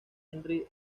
henry